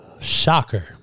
Shocker